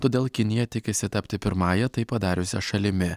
todėl kinija tikisi tapti pirmąja tai padariusia šalimi